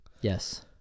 Yes